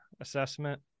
assessment